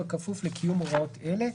אלא בכפוף לקיום הוראות אלה: